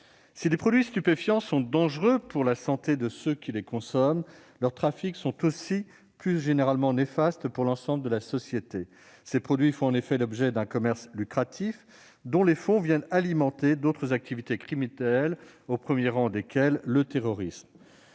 Si les produits stupéfiants sont dangereux pour la santé de ceux qui les consomment, leurs trafics sont néfastes, plus généralement, pour l'ensemble de la société. En effet, ces produits font l'objet d'un commerce lucratif dont les fonds viennent alimenter d'autres activités criminelles, au premier rang desquelles le terrorisme.